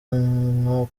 nko